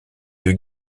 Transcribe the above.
deux